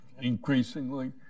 increasingly